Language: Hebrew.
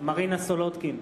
מרינה סולודקין,